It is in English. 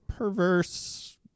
Perverse